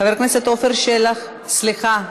חבר הכנסת עפר שלח, סליחה,